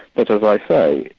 but as i say,